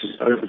over